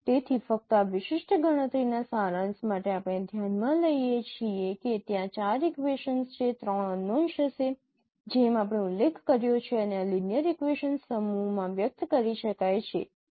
તેથી ફક્ત આ વિશિષ્ટ ગણતરીના સારાંશ માટે આપણે ધ્યાનમાં લઈ શકીએ કે ત્યાં 4 ઇક્વેશનસ છે 3 અનનોન્સ હશે જેમ આપણે ઉલ્લેખ કર્યો છે અને આ લિનિયર ઇક્વેશનસ સમૂહમાં વ્યક્ત કરી શકાય છે